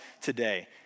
today